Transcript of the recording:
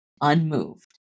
unmoved